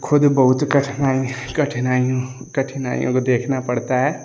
खुद बहुत कठिनाई कठिनाइयों कठिनाइयों को देखना पड़ता है